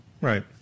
Right